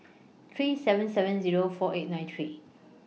three seven seven Zero four eight nine three